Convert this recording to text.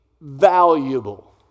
valuable